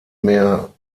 mehr